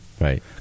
Right